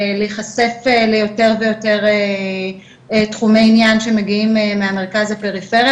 להיחשף להרבה יותר תחומי עניין שמגיעים מהמרכז לפריפריה